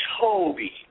Toby